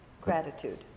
gratitude